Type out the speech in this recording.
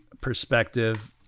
perspective